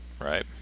Right